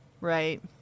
right